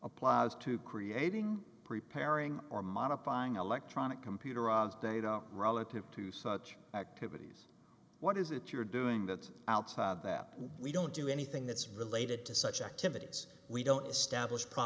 applies to creating preparing or modifying electronic computer data relative to such activities what is it you're doing that outside of that we don't do anything that's related to such activities we don't establish